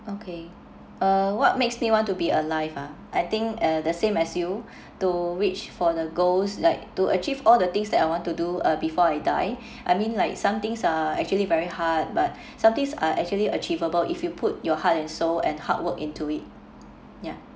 okay uh what makes me want to be alive ah I think uh the same as you to reach for the goals like to achieve all the things that I want to do uh before I die I mean like some things are actually very hard but some things are actually achievable if you put your heart and soul and hard work into it ya